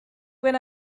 when